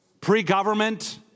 pre-government